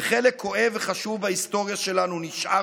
וחלק כואב וחשוב בהיסטוריה שלנו נשאר,